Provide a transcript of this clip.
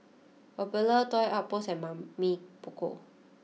Popular Toy Outpost and Mamy Poko